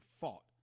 fought